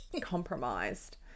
Compromised